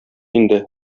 инде